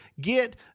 get